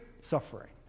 suffering